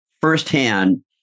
firsthand